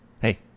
Hey